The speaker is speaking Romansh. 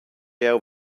jeu